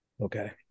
Okay